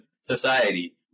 society